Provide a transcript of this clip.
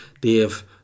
Dave